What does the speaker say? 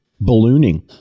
ballooning